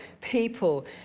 people